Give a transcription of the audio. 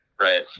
Right